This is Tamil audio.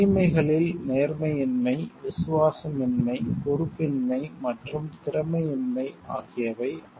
தீமைகளில் நேர்மையின்மை விசுவாசமின்மை பொறுப்பின்மை மற்றும் திறமையின்மை ஆகியவை அடங்கும்